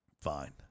Fine